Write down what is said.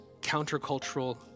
countercultural